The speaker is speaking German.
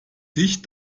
sich